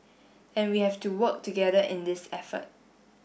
and we have to work together in this effort